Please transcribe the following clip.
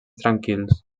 tranquils